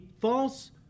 false